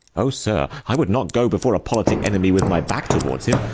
oh, sir, i would not go before a politic enemy with my back towards him,